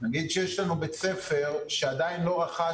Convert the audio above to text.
נגיד שיש לנו בית ספר שעדיין לא רכש